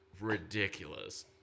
ridiculous